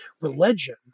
religion